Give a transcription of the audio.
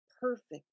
perfect